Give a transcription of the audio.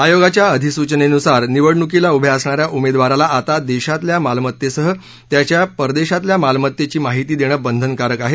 आयोगाच्या अधिसूचनेनुसार निवडणूकीला उभ्या असणा या उमेदवाराला आता देशातल्या मालमत्तेसह त्यांच्या परदेशातल्या मालमत्तेची माहिती देणं बंधनकारक आहे